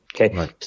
Okay